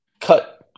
cut